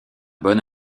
bon